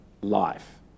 life